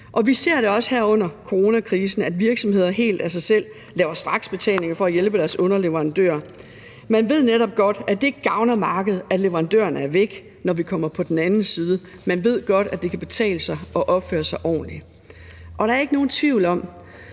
Vi ser da også her under coronakrisen, at virksomheder helt af sig selv laver straksbetalinger for at hjælpe deres underleverandører. Man ved netop godt, at det ikke gavner markedet, at leverandørerne er væk, når vi kommer på den anden side. Man ved godt, at det kan betale sig at opføre sig ordentligt. Der er ikke nogen tvivl om,